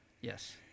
yes